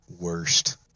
worst